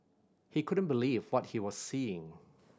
he couldn't believe what he was seeing